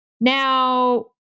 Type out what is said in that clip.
now